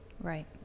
right